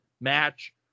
match